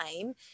time